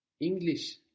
English